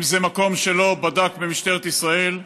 אם זה מקום שלא בדק במשטרת ישראל.